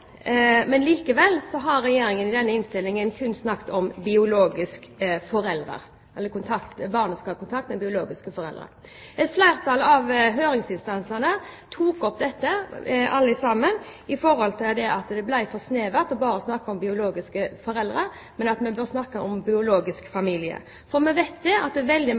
men likevel har Regjeringen i denne innstillingen kun snakket om at barnet skal ha kontakt med biologiske foreldre. Et flertall av høringsinstansene tok opp dette med tanke på at det ble for snevert bare å snakke om biologiske foreldre, at vi bør snakke om biologisk familie, for vi vet at veldig mange av disse barna trenger kontakt med søsken og besteforeldre, ikke bare biologiske foreldre. Mitt spørsmål er: